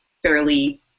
fairly